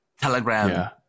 Telegram